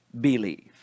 believe